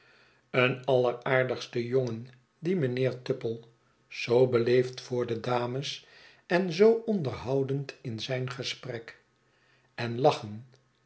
een alleraardigste jongen die mijnheer tupple zoo beleefd voor de dames en zoo onderhoudend in zijn gesprek en lachen